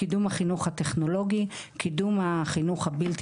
קידום החינוך הטכנולוגי,; קידום החינוך הבלתי